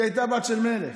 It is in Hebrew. היא הייתה בת של מלך.